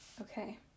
Okay